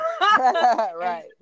Right